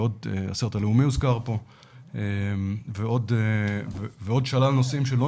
'הסרט הלאומי' הוזכר פה ועוד שלל נושאים שלא